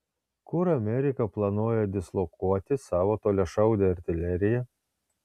kur amerika planuoja dislokuoti savo toliašaudę artileriją